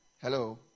Hello